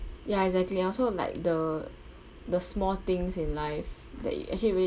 ya exactly I also like the the small things in life that you actually really